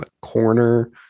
corner